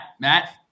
Matt